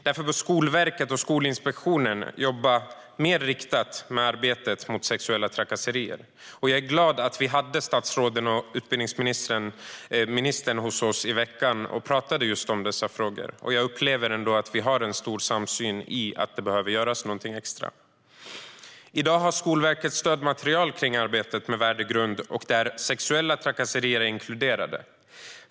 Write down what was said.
Därför bör Skolverket och Skolinspektionen jobba mer riktat med arbetet mot sexuella trakasserier. Jag är glad att statsråden och utbildningsministern var hos oss i veckan och pratade om just de frågorna. Jag upplever att det ändå finns en stor samsyn i fråga om att det behöver göras något extra. I dag har Skolverket stödmaterial för arbetet med värdegrund. Där inkluderas sexuella trakasserier.